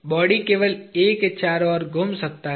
body केवल A के चारों ओर घूम सकता है